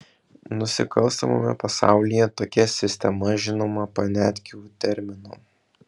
nusikalstamame pasaulyje tokia sistema žinoma paniatkių terminu